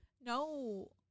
No